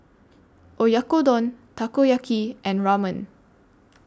Oyakodon Takoyaki and Ramen